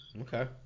Okay